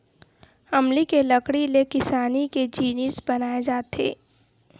अमली के लकड़ी ले किसानी के जिनिस बनाए जाथे